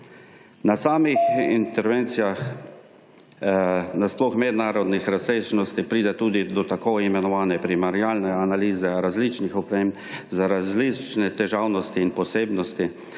Na samih intervencijah sploh mednarodnih razsežnosti pride do tako imenovane primerjalne analize različnih oprem za različne težavnosti in posebnosti,